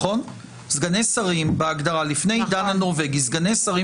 סגני שרים בהגדרה לפני העידן הנורבגי סגני שרים